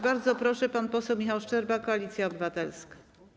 Bardzo proszę, pan poseł Michał Szczerba, Koalicja Obywatelska.